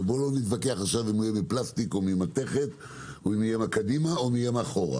ולא נתווכח אם יהיה מפלסטיק או מתכת או מקדימה או מאחורה,